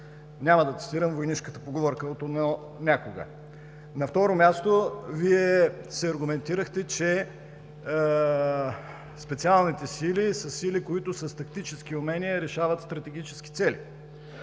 Няма да цитирам войнишката поговорка от някога. На второ място, аргументирахте се, че „Специалните сили“ са сили с тактически умения и решават стратегически цели.